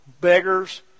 beggars